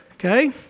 Okay